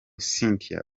cynthia